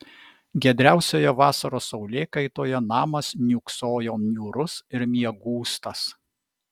giedriausioje vasaros saulėkaitoje namas niūksojo niūrus ir miegūstas